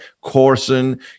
Corson